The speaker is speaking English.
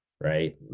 right